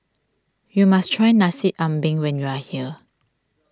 you must try Nasi Ambeng when you are here